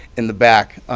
in the back.